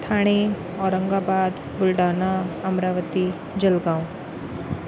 Thane Aurangabad Buldhana Amravati Jalgaon